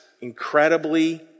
incredibly